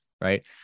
right